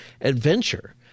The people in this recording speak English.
adventure